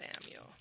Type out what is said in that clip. Samuel